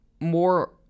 more